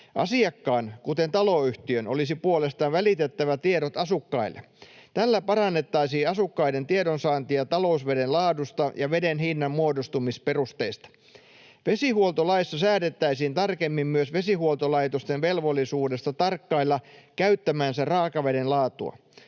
Asiakkaan, kuten taloyhtiön, olisi puolestaan välitettävä tiedot asukkaille. Tällä parannettaisiin asukkaiden tiedonsaantia talousveden laadusta ja veden hinnan muodostumisperusteista. Vesihuoltolaissa säädettäisiin tarkemmin myös vesihuoltolaitosten velvollisuudesta tarkkailla käyttämänsä raakaveden laatua.